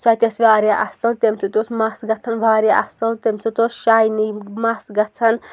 سۄ تہِ ٲس واریاہ اَصٕل تمہِ سۭتۍ اوس مَس گژھان واریاہ اَصٕل تمہِ سۭتۍ اوس شاینگ مَس گَژھان